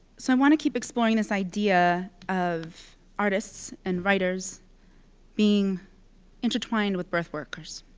so i want to keep exploring this idea of artists and writers being intertwined with birth workers,